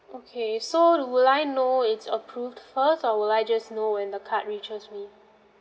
okay so do I will know it's approved first or I will just know when the card reaches me